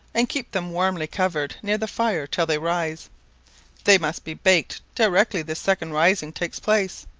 and keep them warmly covered near the fire till they rise they must be baked directly this second rising takes place.